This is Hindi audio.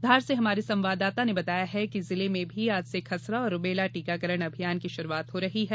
धार से हमारे संवाददाता ने बताया है कि जिले में भी आज से खसरा और रूबेला टीकाकरण अभियान की शुरूआत हो रही है